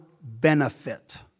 benefit